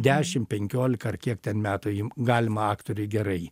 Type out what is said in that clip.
dešim penkiolika ar kiek ten metai galima aktoriui gerai